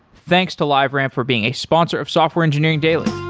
thanks to liveramp for being a sponsor of software engineering daily